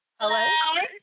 Hello